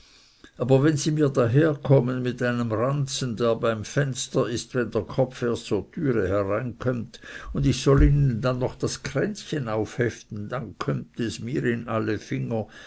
aber wenn sie mir daherkommen mit einem ranzen der beim fenster ist wenn der kopf erst zur türe hinein kömmt und ich soll ihnen dann noch das kränzchen aufheften dann kömmt es mir in alle finger